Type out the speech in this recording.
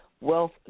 wealth